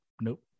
nope